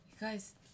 guys